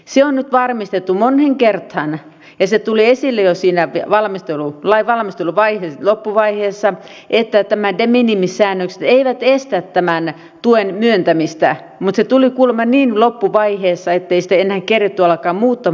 se on nyt varmistettu moneen kertaan ja se tuli esille jo siinä lain valmistelun loppuvaiheessa että nämä de minimis säännökset eivät estä tämän tuen myöntämistä mutta se tuli kuulemma niin loppuvaiheessa ettei enää keretty alkaa muuttamaan sitä lakia